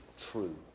true